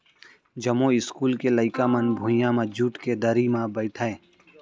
जमो इस्कूल के लइका मन भुइयां म जूट के दरी म बइठय